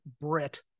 Brit